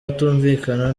atumvikana